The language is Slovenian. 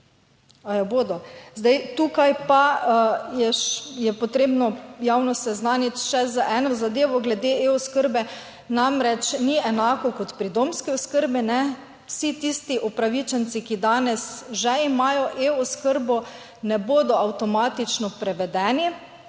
A jo bodo? Zdaj tukaj pa je potrebno javnost seznaniti še z eno zadevo glede e-oskrbe. Namreč ni enako kot pri domski oskrbi, ne. Vsi tisti upravičenci, ki danes že imajo e-oskrbo, ne bodo avtomatično prevedeni